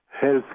health